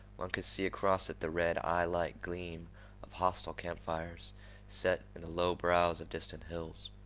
one could see across it the red, eyelike gleam of hostile camp-fires set in the low brows of distant hills.